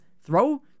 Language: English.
throw